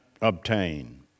obtain